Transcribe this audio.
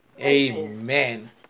Amen